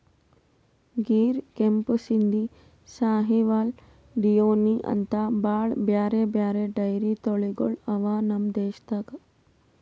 ಗಿರ್, ಕೆಂಪು ಸಿಂಧಿ, ಸಾಹಿವಾಲ್, ಡಿಯೋನಿ ಅಂಥಾ ಭಾಳ್ ಬ್ಯಾರೆ ಬ್ಯಾರೆ ಡೈರಿ ತಳಿಗೊಳ್ ಅವಾ ನಮ್ ದೇಶದಾಗ್